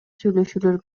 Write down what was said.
сүйлөшүүлөр